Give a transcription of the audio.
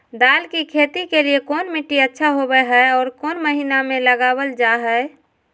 दाल की खेती के लिए कौन मिट्टी अच्छा होबो हाय और कौन महीना में लगाबल जा हाय?